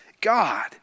God